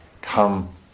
come